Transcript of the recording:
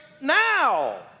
now